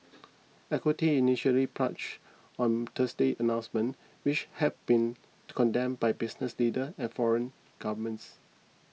equities initially plunged on Thursday's announcement which has been condemned by business leader and foreign governments